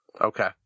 Okay